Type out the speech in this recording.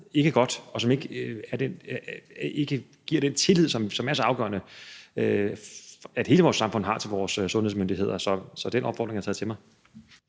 ikke er godt, og det giver ikke den tillid, som det er så afgørende at hele samfundet har til vores sundhedsmyndigheder. Så den opfordring har jeg taget til mig.